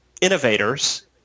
innovators